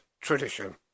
Tradition